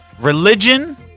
Religion